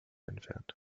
entfernt